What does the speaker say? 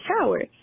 shower